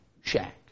shack